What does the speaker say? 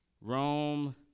Rome